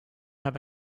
have